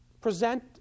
present